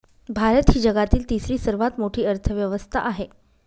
भारत ही जगातील तिसरी सर्वात मोठी अर्थव्यवस्था आहे